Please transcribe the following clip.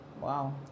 Wow